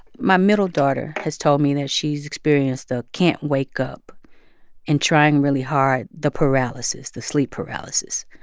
my middle daughter has told me that she's experienced the can't wake up and trying really hard the paralysis, the sleep paralysis.